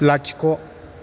लाथिख'